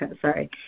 sorry